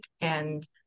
and-